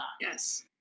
Yes